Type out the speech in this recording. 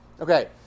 Okay